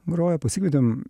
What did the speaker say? groja pasikvietėm